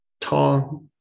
tall